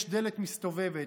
יש דלת מסתובבת.